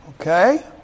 Okay